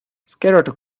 scattered